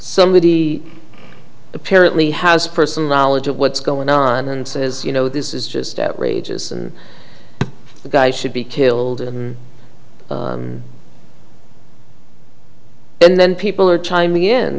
somebody apparently has person knowledge of what's going on and says you know this is just outrageous and the guy should be killed in and then people are time